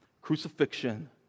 crucifixion